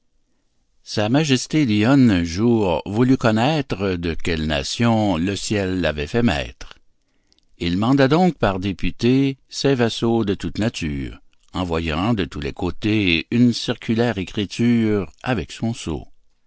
majesté lionne un jour voulut connaître de quelles nations le ciel l'avait fait maître il manda donc par députés ses vassaux de toute nature envoyant de tous les côtés une circulaire écriture avec son sceau